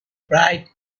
bright